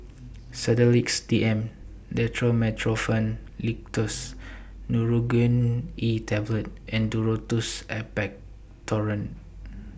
Sedilix D M Dextromethorphan Linctus Nurogen E Tablet and Duro Tuss Expectorant